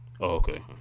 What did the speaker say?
Okay